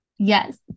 Yes